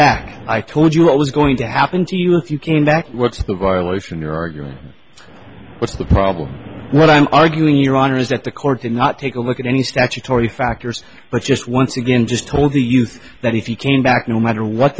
back i told you what was going to happen to you if you came back what's the violation you're arguing that's the problem what i'm arguing your honor is that the court did not take a look at any statutory factors but just once again just told the youth that if he came back no matter what